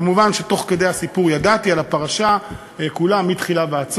מובן שתוך כדי הסיפור ידעתי על הפרשה כולה מתחילה עד סוף.